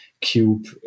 Cube